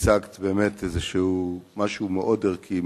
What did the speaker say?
ייצגת באמת משהו מאוד ערכי,